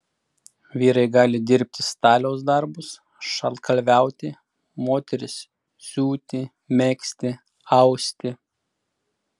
vyrai gali dirbti staliaus darbus šaltkalviauti moterys siūti megzti austi